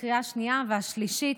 לקריאה השנייה והשלישית,